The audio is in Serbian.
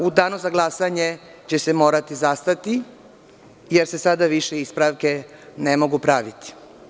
U Danu za glasanje će se morati zastati, jer se sada više ispravke ne mogu praviti.